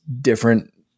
different